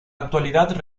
actualidad